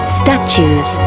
statues